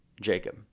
jacob